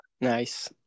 Nice